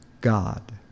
God